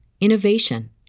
innovation